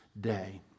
Day